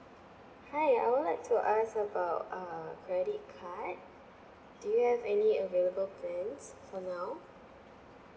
hi I would like to ask about uh credit card do you have any available plans for now